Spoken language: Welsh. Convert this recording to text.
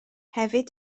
hefyd